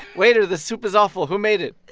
waiter, this soup is awful. who made it?